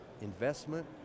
investment